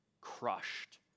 crushed